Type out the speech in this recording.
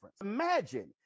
Imagine